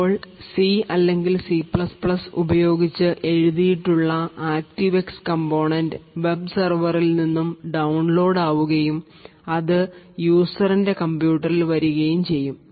ഇപ്പോൾ CC ഉപയോഗിച്ച് എഴുതിയിട്ടുള്ള ആക്ടീവ് എക്സ് കമ്പോണന്റ് വെബ് സെർവറിൽ നിന്നും ഡൌൺലോഡ് ആവുകയും അത് യൂസർ ന്റെ കമ്പ്യൂട്ടറിൽ വരികയും ചെയ്യും